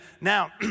now